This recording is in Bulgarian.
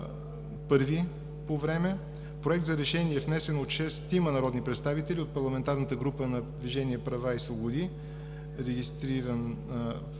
първи по време; Проект за решение, внесен от 6 народни представители от парламентарната група на „Движение за права и свободи“, регистриран